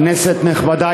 כנסת נכבדה,